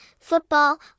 football